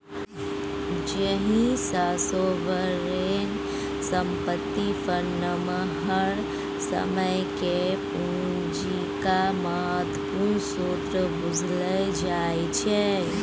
जाहि सँ सोवरेन संपत्ति फंड नमहर समय केर पुंजीक महत्वपूर्ण स्रोत बुझल जाइ छै